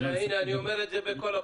הנה, אני אומר את זה לפרוטוקול.